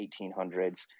1800s